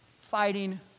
fighting